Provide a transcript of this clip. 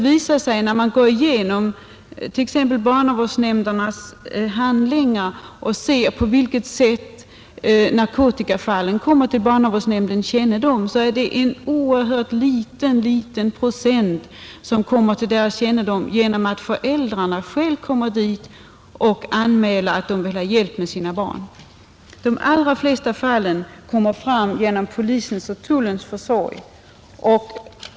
När man går igenom t.ex. barnavårdsnämndernas handlingar och ser på vilket sätt narkotikafallen kommer till barnavårdsnämndernas kännedom, finner man att det är en oerhört liten procentandel som kommer till deras kännedom genom att föräldrarna själva anmäler att de vill ha hjälp med sina barn. De allra flesta fallen kommer fram genom polisens och tullens försorg.